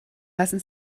lassen